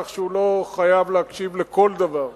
כך שהוא לא חייב להקשיב לכל דבר.